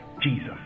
Jesus